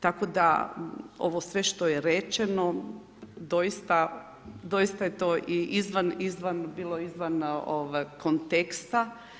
Tako da ovo sve što je rečeno doista je to i izvan konteksta.